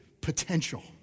potential